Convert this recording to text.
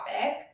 topic